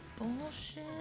bullshit